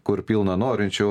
kur pilna norinčių